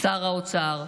שר האוצר,